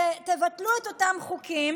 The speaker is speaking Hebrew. תבטלו את אותם חוקים